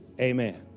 amen